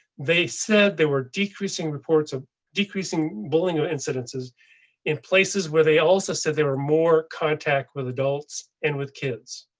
they said they were decreasing reports of decreasing bullying of incidences in places where they also said there were more contact with adults and with kids.